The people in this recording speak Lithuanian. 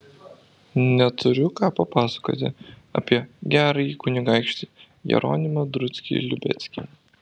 neturiu ką papasakoti apie gerąjį kunigaikštį jeronimą druckį liubeckį